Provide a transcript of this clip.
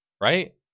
right